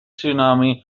tsunami